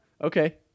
Okay